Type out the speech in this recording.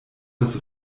das